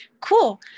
Cool